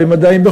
במדעים,